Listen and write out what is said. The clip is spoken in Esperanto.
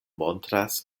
montras